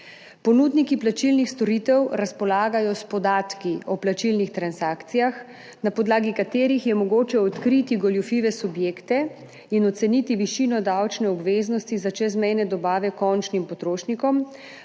Ponudniki plačilnih storitev razpolagajo s podatki o plačilnih transakcijah, na podlagi katerih je mogoče odkriti goljufive subjekte in oceniti višino davčne obveznosti za čezmejne dobave končnim potrošnikom,